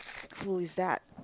who is that